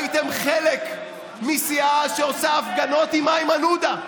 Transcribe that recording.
הייתם לחלק מסיעה שעושה הפגנות עם איימן עודה,